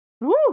Woo